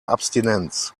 abstinenz